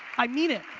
i mean it.